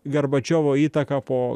gorbačiovo įtaka po